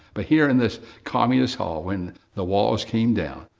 but here in this communist hall, when the walls came down,